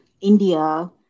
India